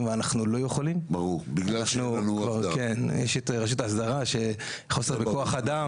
ואנחנו לא יכולים כי יש רשות האסדרה וחוסר בכוח-אדם.